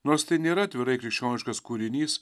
nors tai nėra atvirai krikščioniškas kūrinys